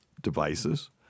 devices